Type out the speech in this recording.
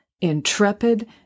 intrepid